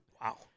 Wow